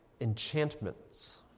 enchantments